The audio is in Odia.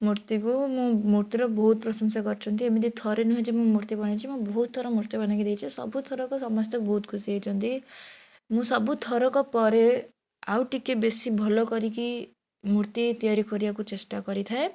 ମୂର୍ତ୍ତିକୁ ମୋ ମୂର୍ତ୍ତିର ବହୁତ ପ୍ରଶଂସା କରିଛନ୍ତି ଏମିତି ଥରେ ନୁହେଁ ଯେ ମୁଁ ମୂର୍ତ୍ତି ବନେଇଛି ମୁଁ ବହୁତଥର ମୂର୍ତ୍ତି ବନେଇକି ଦେଇଛି ସବୁଥରକ ସମସ୍ତେ ବହୁତ ଖୁସି ହେଇଛନ୍ତି ମୁଁ ସବୁଥରକ ପରେ ଆଉ ଟିକିଏ ବେଶୀ ଭଲ କରିକି ମୂର୍ତ୍ତି ତିଆରି କରିବାକୁ ଚେଷ୍ଟା କରିଥାଏ